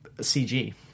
CG